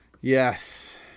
yes